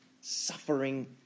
suffering